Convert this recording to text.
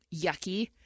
yucky